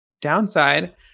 downside